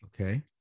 okay